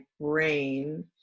brain